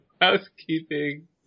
Housekeeping